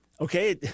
okay